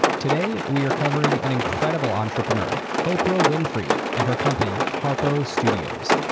today, we are covering an incredible entrepreneur, oprah winfrey, and her company harpo studios.